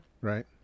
Right